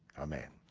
amen.